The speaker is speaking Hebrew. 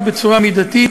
רק בצורה מידתית,